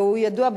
והוא ידוע,